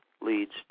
leads